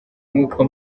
nk’uko